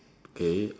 okay uh